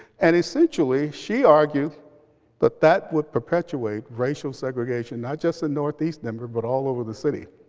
and essentially she argued that, that would perpetuate racial segregation, not just the northeast number, but all over the city.